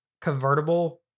convertible